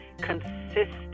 consistent